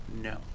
No